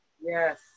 Yes